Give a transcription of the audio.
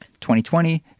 2020